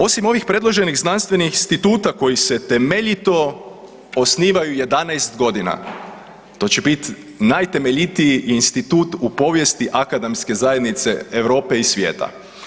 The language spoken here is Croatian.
Osim ovih predloženih znanstvenih instituta koji se temeljito osnivaju 11.g. to će biti najtemeljitiji institut u povijest akademske zajednice Europe i svijeta.